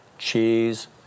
cheese